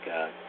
God